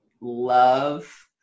love